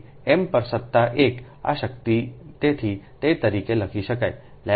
તેથી m પર સત્તા 1 આ શક્તિ તેથી તે તરીકે લખી શકાયʎ a 0